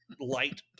light